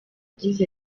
bigize